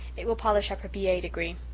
it will polish up her b a. degree.